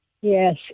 yes